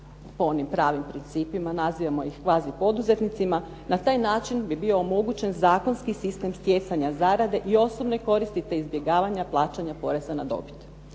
po onim pravim principima, nazivamo ih kvazi poduzetnicima. Na taj način bi bio omogućen zakonski sistem stjecanja zarade i osobne koristi te izbjegavanja plaćanja poreza na dobit.